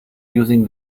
using